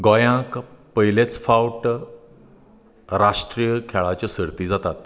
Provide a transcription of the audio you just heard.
गोंयांत पयलेच फावट राष्ट्रीय खेळाचे सर्ती जातात